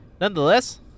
Nonetheless